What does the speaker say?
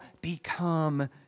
become